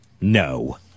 No